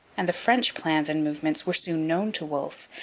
and the french plans and movements were soon known to wolfe,